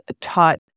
taught